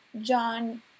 John